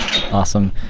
Awesome